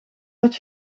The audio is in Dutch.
dat